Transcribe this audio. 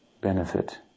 benefit